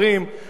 עם כל הכבוד,